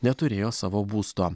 neturėjo savo būsto